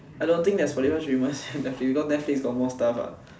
I don't think that Spotify should be more because netflix got more stuff ah